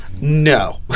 No